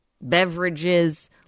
beverages